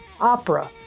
opera